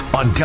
on